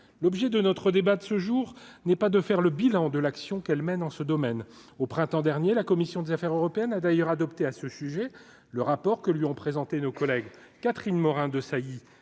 l'objet de notre débat de ce jour n'est pas de faire le bilan de l'action qu'elle mène en ce domaine au printemps dernier la commission des Affaires européennes a d'ailleurs adopté à ce sujet, le rapport que lui ont présenté nos collègues Catherine Morin-Desailly